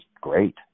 great